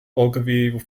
ogilvie